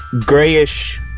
grayish